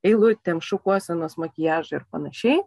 eilutėm šukuosenos makiažai ir panašiai